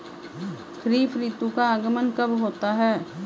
खरीफ ऋतु का आगमन कब होता है?